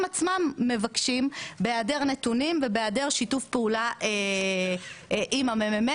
עצמם מבקשים בהיעדר נתונים ובהיעדר שיתוף פעולה עם המ.מ.מ.